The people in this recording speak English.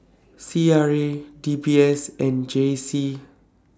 C R A D B S and J C